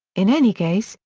in any case,